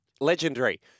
legendary